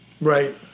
Right